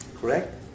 Correct